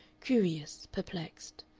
curious, perplexed.